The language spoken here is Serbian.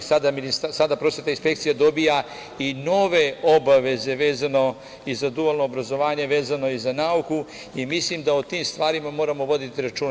Sada prosvetna inspekcija dobija i nove obaveze vezano i za dualno obrazovanje, vezano i za nauku, mislim da o tom stvarima moramo voditi računa.